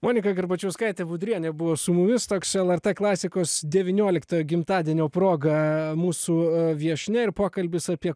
monika garbačiauskaitė budrienė buvo su mumis toks lrt klasikos devynioliktojo gimtadienio proga mūsų viešnia ir pokalbis apie